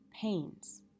pains